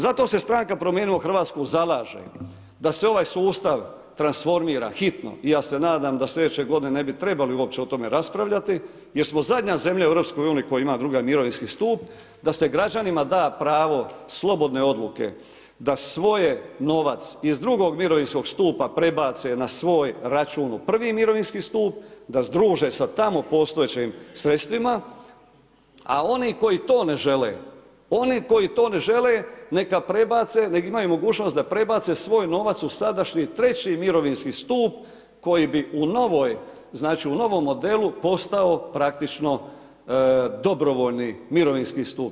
Zato se stranka Promijenimo Hrvatsku zalaže da se ovaj sustav transformira hitno i ja se nadam da slijedeće godine ne bi trebali uopće o tome raspravljati jer smo zadnja zemlja u EU-u koja ima II. mirovinski stup, da se građanima da pravo slobodne odluke da svoj novac iz II. mirovinskog stupa prebace na svoj račun u I. mirovinski stup, da združe sa tamo postojećim sredstvima a oni koji to ne žele, neka prebace, nek' imaju mogućnost da prebace svoj novac u sadašnji III. mirovinski stup koji bi u novom modelu postao praktično dobrovoljni mirovinski stup.